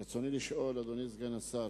רצוני לשאול, אדוני סגן השר: